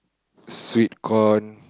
sweet corn